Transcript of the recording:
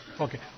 Okay